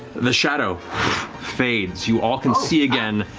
the shadow fades, you all can see again,